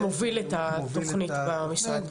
הוא מוביל את התוכנית במשרד.